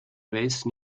base